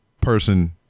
person